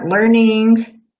learning